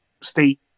state